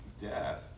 death